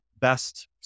best